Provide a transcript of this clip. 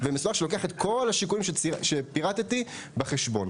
שלוקח את כל השיקולים שפירטתי בחשבון.